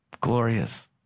Glorious